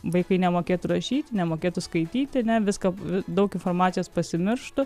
vaikai nemokėtų rašyti nemokėtų skaityti ne viską daug informacijos pasimirštų